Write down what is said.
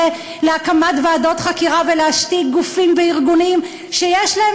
להקמת ועדות חקירה ולהשתקת גופים וארגונים שיש להם,